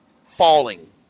falling